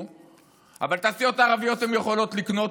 אבל את הסיעות הערביות הם יכולים לקנות,